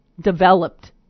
developed